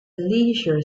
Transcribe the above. leisure